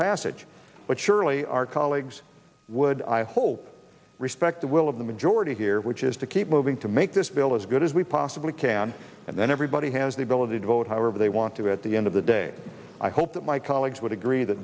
passage but surely our colleagues would i hope respect the will of the majority here which is to keep moving to make this bill as good as we possibly can and then everybody has the ability to vote however they want to at the end of the day i hope that my colleagues would agree that